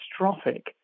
catastrophic